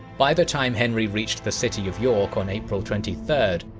by the time henry reached the city of york on april twenty third,